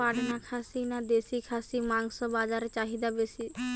পাটনা খাসি না দেশী খাসির মাংস বাজারে চাহিদা বেশি?